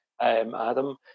Adam